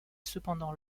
cependant